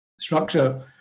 structure